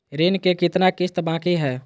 ऋण के कितना किस्त बाकी है?